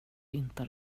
inte